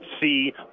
see